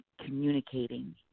communicating